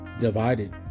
divided